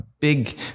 big